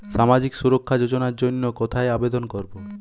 সামাজিক সুরক্ষা যোজনার জন্য কোথায় আবেদন করব?